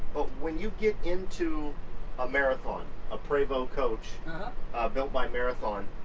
but when you get into a marathon, a prevost coach built by marathon,